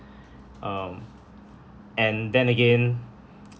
um and then again